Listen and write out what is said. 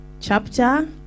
Chapter